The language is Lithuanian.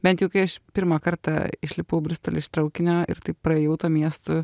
bent jau kai aš pirmą kartą išlipau bristoly iš traukinio ir taip praėjau tuo miestu